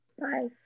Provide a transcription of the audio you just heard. Bye